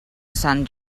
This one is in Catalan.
sant